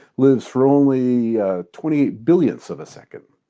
lives for only twenty eight billionth's of a second.